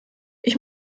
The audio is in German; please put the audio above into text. ich